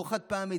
לא חד-פעמי,